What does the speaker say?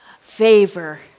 favor